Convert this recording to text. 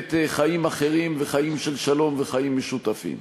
באמת חיים אחרים וחיים של שלום וחיים משותפים.